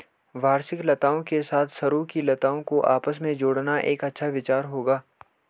वार्षिक लताओं के साथ सरू की लताओं को आपस में जोड़ना एक अच्छा विचार होगा